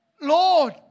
Lord